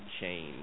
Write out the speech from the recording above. change